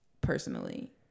personally